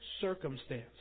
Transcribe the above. circumstance